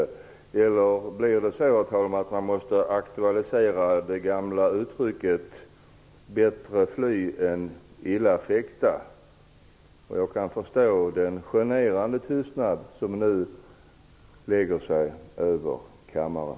Eller blir det så att man måste aktualisera det gamla uttrycket ''bättre fly än illa fäkta''? Jag kan förstå den generade tystnad som nu lägger sig över kammaren.